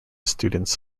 students